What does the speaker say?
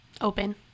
open